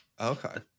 Okay